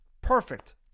Perfect